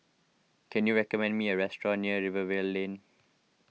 can you recommend me a restaurant near Rivervale Lane